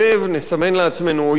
נסמן לעצמנו אויב,